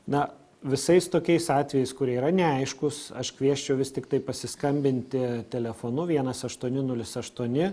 na visais tokiais atvejais kurie yra neaiškūs aš kviesčiau vis tiktai pasiskambinti telefonu vienas aštuoni nulis aštuoni